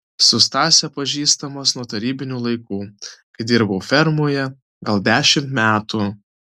su stase pažįstamas nuo tarybinių laikų kai dirbau fermoje gal dešimt metų